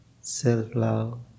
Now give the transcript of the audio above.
self-love